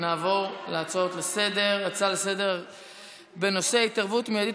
נעבור להצעות לסדר-היום בנושא: התערבות מיידית